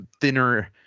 thinner